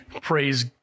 praise